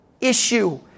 issue